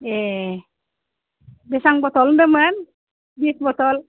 ए बेसां बथल होन्दोंमोन बिस बथल